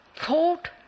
thought